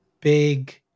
big